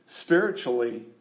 spiritually